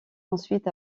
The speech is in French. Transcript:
ensuite